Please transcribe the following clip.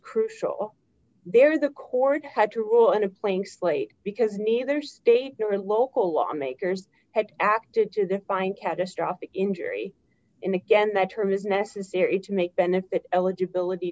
crucial there the court had to rule in a playing slate because neither state local lawmakers had acted to define catastrophic injury in again that term is necessary to make benefit eligibility